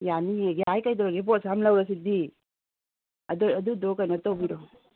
ꯌꯥꯅꯤꯌꯦ ꯌꯥꯏ ꯀꯩꯗꯧꯔꯒꯦ ꯄꯣꯠ ꯑꯁ꯭ꯌꯥꯝ ꯂꯧꯔꯁꯤꯗꯤ ꯑꯗꯨꯗꯣ ꯀꯩꯅꯣ ꯇꯧꯕꯤꯔꯣ